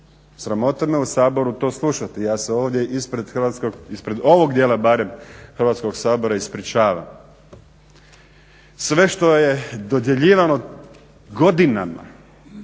Sramota me u Saboru to slušati. Ja se ovdje ispred ovog dijela barem Hrvatskog sabora ispričavam. Sve što je dodjeljivano godinama,